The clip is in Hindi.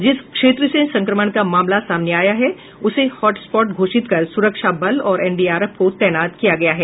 जिस क्षेत्र से संक्रमण का मामला सामने आया है उसे हॉटस्पॉट घोषित कर सुरक्षा बल और एनडीआरएफ को तैनात किया गया है